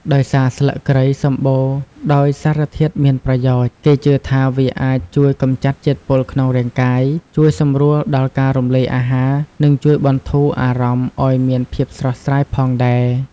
ដោយសារស្លឹកគ្រៃសម្បូរដោយសារធាតុមានប្រយោជន៍ គេជឿថាវាអាចជួយកម្ចាត់ជាតិពុលក្នុងរាងកាយ ជួយសម្រួលដល់ការរំលាយអាហារ និងជួយបន្ធូរអារម្មណ៍ឲ្យមានភាពស្រស់ស្រាយផងដែរ។